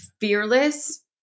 fearless